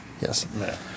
Yes